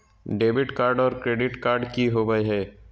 Debit card और credit card की होवे हय?